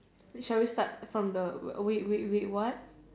shall we start from the wait wait wait what